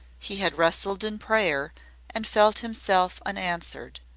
he had wrestled in prayer and felt himself unanswered,